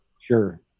sure